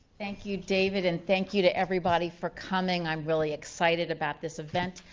thank you, david, and thank you to everybody for coming. i'm really excited about this event.